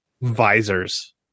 Visors